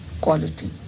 quality